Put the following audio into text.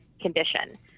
condition